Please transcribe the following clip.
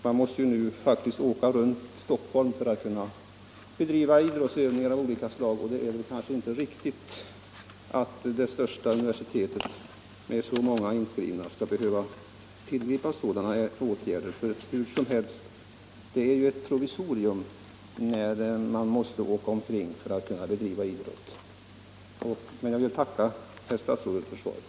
De måste nu åka runt Stockholm för att kunna utöva idrott av olika slag, och det är väl inte riktigt att de studerande vid ett så stort universitet skall behöva tillgripa sådana åtgärder. Det är dock ett provisorium när man måste åka omkring för att kunna utöva idrott. Jag tackar än en gång herr statsrådet för svaret.